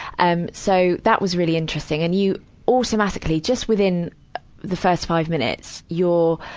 um so, that was really interesting. and you automatically, just within the first five minutes, your,